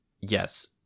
yes